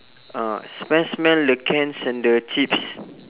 ah smell smell the cans and the chips